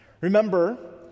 Remember